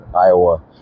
Iowa